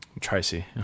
Tracy